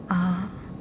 uh